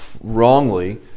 wrongly